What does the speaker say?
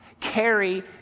Carry